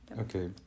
Okay